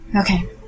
Okay